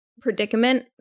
predicament